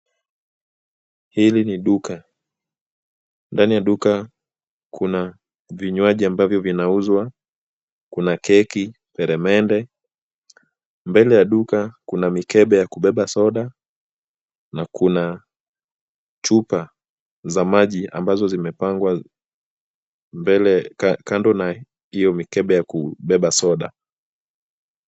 Hili ni duka. Ndani ya duka kuna vinywaji ambavyo vinauzwa, kuna keki, peremende. Mbele ya duka kuna mikembe ya kubeba soda na kuna chupa za maji ambazo zimepangwa mbele, kando na hiyo mikembe ya kubeba soda.